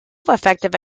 effective